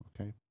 Okay